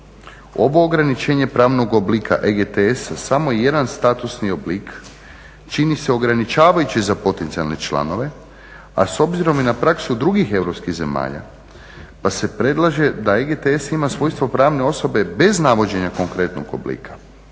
Ovo ograničenje pravnog oblika EGTC-a samo je jedan statusni oblik, čini se ograničavajući za potencijalne članove a s obzirom i na praksu drugih europskih zemalja pa se predlaže da EGTS ima svojstvo pravne osobe bez navođenja konkretnog oblika,